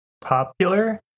popular